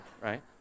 right